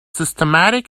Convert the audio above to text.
systematic